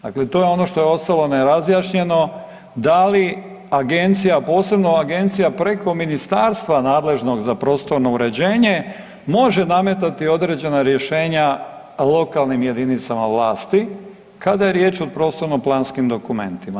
Dakle, to je ono što je ostalo nerazjašnjeno, da li agencija, posebno agencija preko ministarstva nadležnog za prostorno uređenje može nametati određena rješenja lokalnim jedinicama vlasti kada je riječ o prostorno planskim dokumentima?